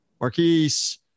Marquise